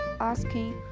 asking